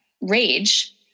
rage